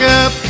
up